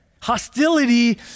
Hostility